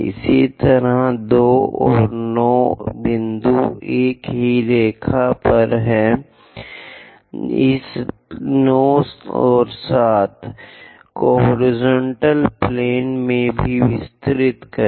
इसी तरह 2 और 9 बिंदु एक ही रेखा पर हैं इस 9 और 7 को हॉरिजॉन्टल प्लेन में भी विस्तारित करें